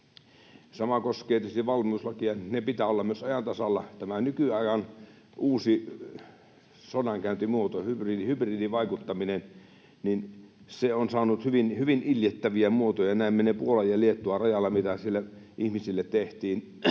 Sama koskee tietysti valmiuslakia. Sen pitää olla myös ajan tasalla. Tämä nykyajan uusi sodankäyntimuoto, hybridivaikuttaminen, on saanut hyvin, hyvin iljettäviä muotoja, ja näimme Puolan ja Liettuan rajalla, mitä siellä ihmisille tehtiin.